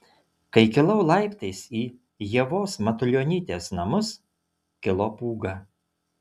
kai kilau laiptais į ievos matulionytės namus kilo pūga